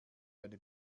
eine